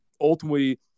Ultimately